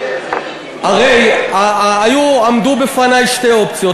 כי הרי עמדו בפני שתי אופציות.